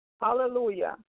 Hallelujah